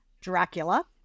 Dracula